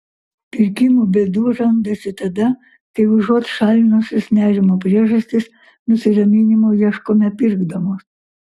pirkimo bėdų randasi tada kai užuot šalinusios nerimo priežastis nusiraminimo ieškome pirkdamos